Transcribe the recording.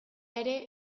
ere